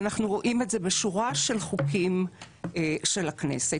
אנחנו רואים את זה בשורה של חוקים של הכנסת.